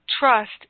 Trust